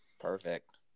Perfect